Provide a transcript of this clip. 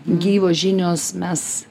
gyvos žinios mes